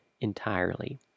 entirely